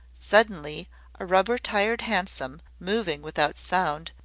suddenly a rubber-tired hansom, moving without sound,